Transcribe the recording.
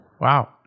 Wow